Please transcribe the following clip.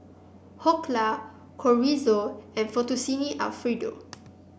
Dhokla Chorizo and Fettuccine Alfredo